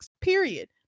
period